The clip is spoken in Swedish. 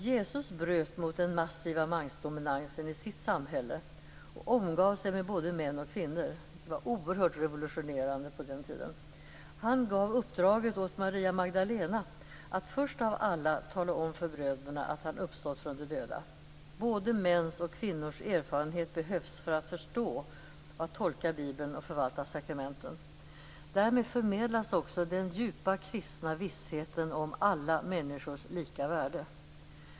Jesus bröt mot den massiva mansdominansen i sitt samhälle och omgav sig med både män och kvinnor. Det var oerhört revolutionerande på den tiden. Han gav uppdraget åt Maria Magdalena att först av alla tala om för bröderna att han uppstått från de döda. Både mäns och kvinnors erfarenhet behövs för att förstå och uttolka Bibeln och förvalta sakramenten. Därmed förmedlas också den djupa kristna vissheten om alla människors lika värde.